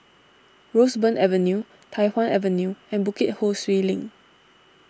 Roseburn Avenue Tai Hwan Avenue and Bukit Ho Swee Link